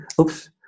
oops